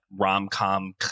rom-com